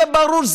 שיהיה ברור,